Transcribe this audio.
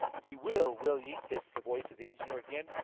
ye will, will ye? hissed the voice of the engineer again.